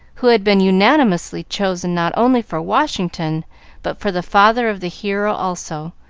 who had been unanimously chosen not only for washington but for the father of the hero also,